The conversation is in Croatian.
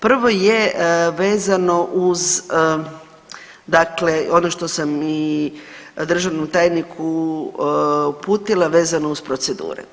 Prvo je vezano uz dakle ono što sam i državnom tajniku uputila vezano uz procedure.